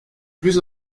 plus